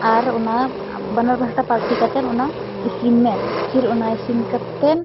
ᱟᱨ ᱚᱱᱟ ᱵᱟᱱᱟᱨ ᱯᱟᱦᱴᱟ ᱯᱟᱞᱴᱤ ᱠᱟᱛᱮᱫ ᱚᱱᱟ ᱤᱥᱤᱱᱢᱮ ᱯᱷᱤᱨ ᱚᱱᱟ ᱤᱥᱤᱱ ᱠᱟᱛᱮᱫ